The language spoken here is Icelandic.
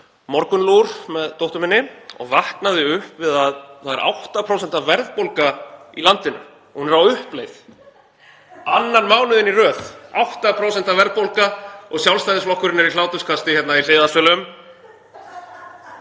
morgunlúr með dóttur minni og vaknaði upp við að það er 8% verðbólga í landinu og hún er á uppleið annan mánuðinn í röð. [Hlátur í þingsal.] 8% verðbólga og Sjálfstæðisflokkurinn er hláturskasti hérna í hliðarsölum.